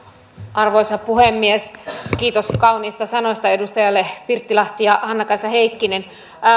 arvoisa puhemies kiitos kauniista sanoista edustajille pirttilahti ja hannakaisa heikkinen